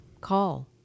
call